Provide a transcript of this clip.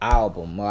album